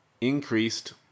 increased